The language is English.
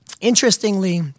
Interestingly